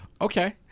Okay